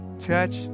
Church